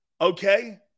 okay